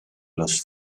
los